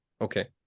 Okay